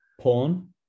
Porn